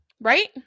Right